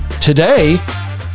today